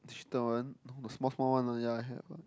the one the small small one ah ya I have ah